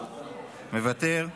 מוותר,